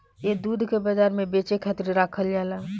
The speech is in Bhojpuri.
ए दूध के बाजार में बेचे खातिर राखल जाला